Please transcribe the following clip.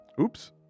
oops